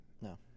No